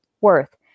worth